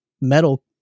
metal